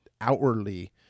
outwardly